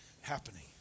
happening